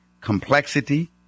complexity